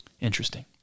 Interesting